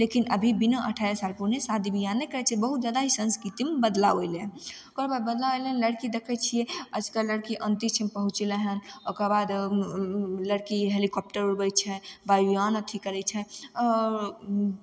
लेकिन अभी बिना अठारह साल पुरने शादी बियाह नहि करय छै बहुत जादा ही संस्कृतिमे बदलाव एलय हन ओकरबाद बदलाव एलय हइ लड़की देखय छियै आजकल लड़की अन्तरीक्षमे पहुँचले हइ ओकरबाद लड़की हेलिकॉप्टर उड़बय छै वायुयान अथी करय छै